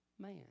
man